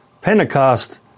Pentecost